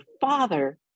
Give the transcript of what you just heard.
father